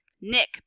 Nick